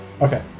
Okay